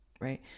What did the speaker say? Right